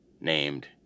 named